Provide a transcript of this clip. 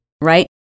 right